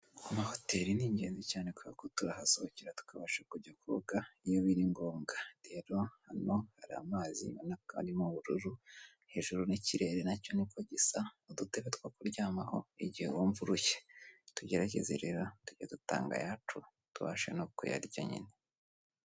Amahoteri ni ingenzi cyane kuko turahasohokera tukabasha kujya koga iyo biri ngombwa. Rero hano hari amazi ubonako ari mu bururu, hejuru n'ikirere nacyo niko gisa. Udutebe two kuryamaho igihe wumva urushye. Tugerageza rero tuge dutanga ayacu tubashe no kuyarya nyine.